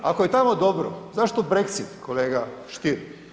Ako je tamo dobro zašto Brexit kolega Stier?